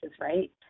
right